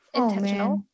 intentional